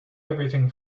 everything